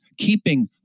Keeping